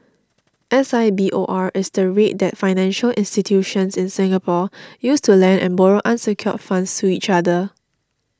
S I B O R is the rate that financial institutions in Singapore use to lend and borrow unsecured funds to each other